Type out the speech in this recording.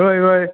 व्हय व्हय